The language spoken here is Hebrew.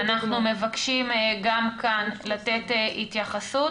אנחנו מבקשים גם כאן לתת התייחסות.